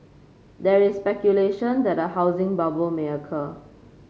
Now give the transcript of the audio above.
there is speculation that a housing bubble may occur